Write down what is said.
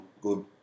good